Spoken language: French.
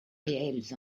réels